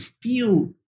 feel